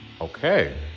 Okay